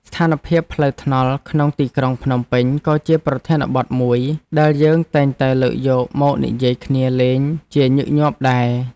ស្ថានភាពផ្លូវថ្នល់ក្នុងទីក្រុងភ្នំពេញក៏ជាប្រធានបទមួយដែលយើងតែងតែលើកយកមកនិយាយគ្នាលេងជាញឹកញាប់ដែរ។